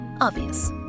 Obvious